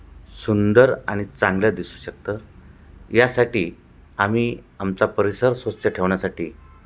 सुंदर आणि चांगल्या दिसू शकतं यासाठी आम्ही आमचा परिसर स्वच्छ ठेवण्यासाठी